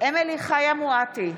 אמילי חיה מואטי,